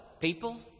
people